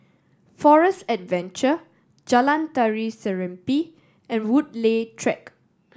Forest Adventure Jalan Tari Serimpi and Woodleigh Track